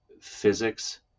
physics